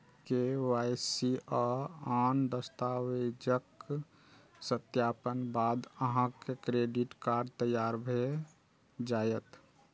KYC आ आन दस्तावेजक सत्यापनक बाद अहांक क्रेडिट कार्ड तैयार भए जायत